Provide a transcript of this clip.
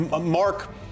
Mark